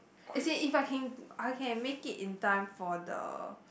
let say if I can I can make it in time for the